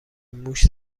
موش